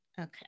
Okay